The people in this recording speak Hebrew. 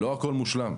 לא הכול מושלם,